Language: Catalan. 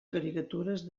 caricatures